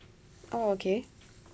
oh okay